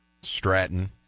Stratton